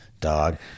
dog